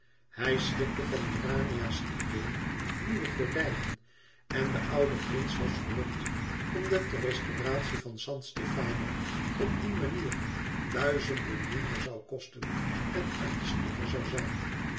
hij schrikte van urania's idee nieuwe gordijnen en de oude prins was verrukt omdat de restauratie van san stefano op die manier duizenden minder zoû kosten en artistieker zoû zijn